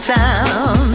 town